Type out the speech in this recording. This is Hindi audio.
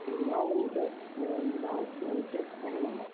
विभाग में टेस्ट विभाग में टेस्ट नहीं होगा